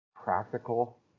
practical